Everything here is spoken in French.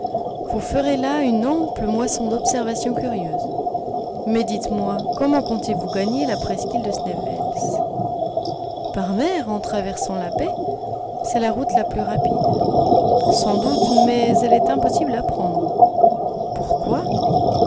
vous ferez là une ample moisson d'observations curieuses mais dites-moi comment comptez-vous gagner la presqu'île de sneffels par mer en traversant la baie c'est la route la plus rapide sans doute mais elle est impossible à prendre pourquoi